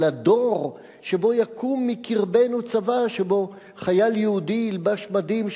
לדור שבו יקום מקרבנו צבא שבו חייל יהודי ילבש מדים,